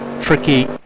tricky